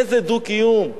איזה דו-קיום.